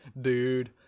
Dude